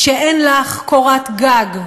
כשאין לָךְ קורת גג,